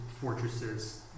fortresses